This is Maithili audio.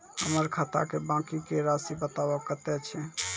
हमर खाता के बाँकी के रासि बताबो कतेय छै?